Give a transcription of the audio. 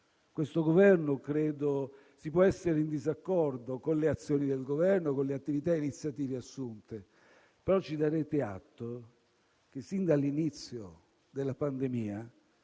Credo che si possa essere in disaccordo con le azioni del Governo, con le attività e le iniziative assunte, ma ci darete atto che sin dall'inizio della pandemia